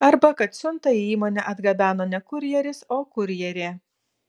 arba kad siuntą į įmonę atgabena ne kurjeris o kurjerė